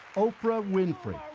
oprah winfrey,